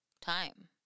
time